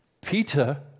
Peter